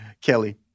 Kelly